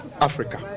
Africa